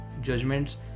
judgments